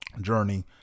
journey